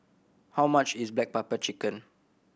how much is black pepper chicken